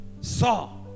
saw